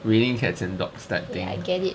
raining cats and dogs that thing